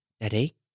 daddy